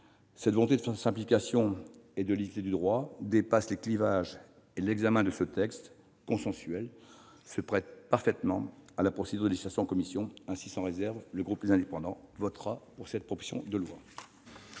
la volonté de simplification et de lisibilité du droit dépasse les clivages, et l'examen de ce texte consensuel se prête parfaitement à la procédure de législation en commission. Aussi, sans réserve, le groupe Les Indépendants votera cette proposition de loi.